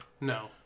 No